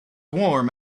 warm